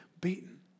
beaten